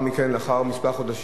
לאחר חודשים מספר,